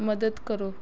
ਮਦਦ ਕਰੋ